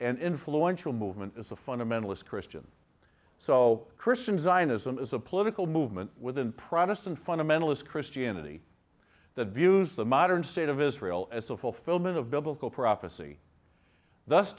and influential movement is a fundamentalist christian so christian zionism is a political movement within protestant fundamentalist christianity that views the modern state of israel as a fulfillment of biblical prophecy th